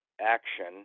action